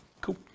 Cool